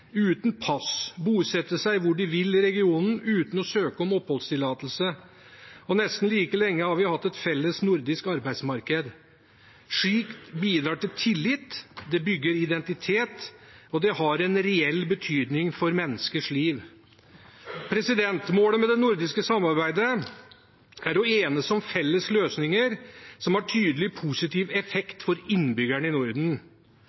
uten pass og bosette seg hvor de vil i regionen uten å søke om oppholdstillatelse, og nesten like lenge har vi hatt et felles nordisk arbeidsmarked. Slikt bidrar til tillit, det bygger identitet, og det har en reell betydning for menneskers liv. Målet med det nordiske samarbeidet er å enes om felles løsninger som har tydelig positiv effekt for innbyggerne i Norden,